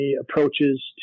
approaches